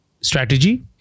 strategy